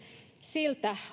siltä